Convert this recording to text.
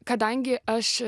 kadangi aš